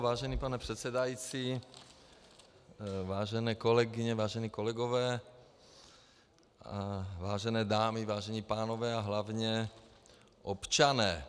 Vážený pane předsedající, vážené kolegyně, vážení kolegové, vážené dámy, vážení pánové a hlavně občané.